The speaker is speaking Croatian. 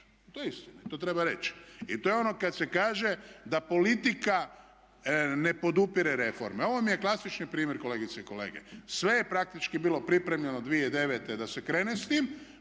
To je istina i to treba reći. I to je ono kada se kaže da politika ne podupire reforme. Ovo vam je klasični primjer kolegice i kolege. Sve je praktički bilo pripremljeno 2009. da se krene s tim.